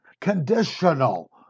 conditional